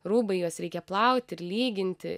rūbai juos reikia plauti ir lyginti